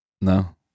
no